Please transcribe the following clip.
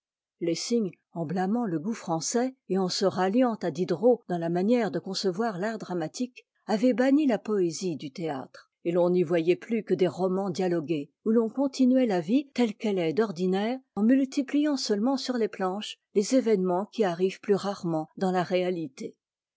lessing en blâmant le goût français et en se ralliant à diderot dans la manière de concevoir l'art dramatique avait banni la poésie du théâtre et l'on n'y voyait plus que des romans dialogués où l'on continuait la vie telle qu'elle est d'ordinaire en multipliant seulement sur les planches les événements qui arrivent plus rarement dans la réalité